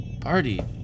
party